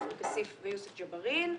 עופר כסיף ויוסף ג'בארין,